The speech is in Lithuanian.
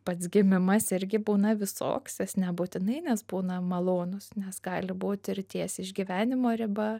pats gimimas irgi būna visoks jis nebūtinai nes būna malonūs nes gali būti ir ties išgyvenimo riba